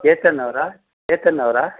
ಚೇತನ್ ಅವರಾ ಚೇತನ್ ಅವರಾ